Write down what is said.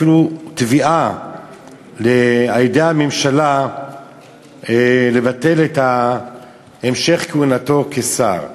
אפילו תביעה על-ידי הממשלה לבטל את המשך כהונתו כשר.